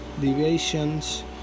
deviations